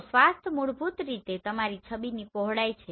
તો સ્વાથ મૂળભૂત રીતે તમારી છબીની પહોળાઈ છે